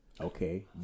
Okay